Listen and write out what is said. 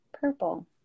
Purple